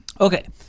Okay